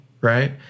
right